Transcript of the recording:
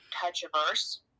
touch-averse